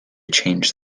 change